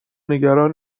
نگران